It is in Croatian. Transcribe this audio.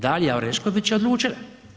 Dalija Orešković je odlučila.